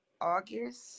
August